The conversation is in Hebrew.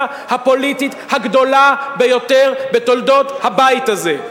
הפוליטית הגדולה ביותר בתולדות הבית הזה.